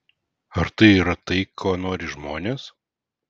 ar tai yra tai ko nori žmonės